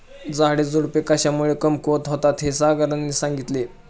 झाडेझुडपे कशामुळे कमकुवत होतात हे सरांनी सांगितले